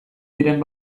diren